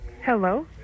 Hello